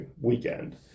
weekend